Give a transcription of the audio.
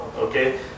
okay